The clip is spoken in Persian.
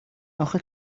آخه